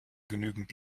genügend